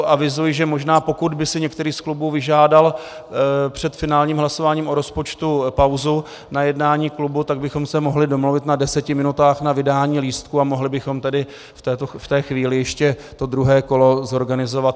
Avizuji, že možná pokud by si některý z klubů vyžádal před finálním hlasováním o rozpočtu pauzu na jednání klubu, tak bychom se mohli domluvit na deseti minutách na vydání lístků a mohli bychom tedy v této chvíli ještě to druhé kolo zorganizovat.